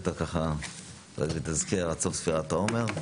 שאתה דואג לתזכר עד סוף ספירת העומר.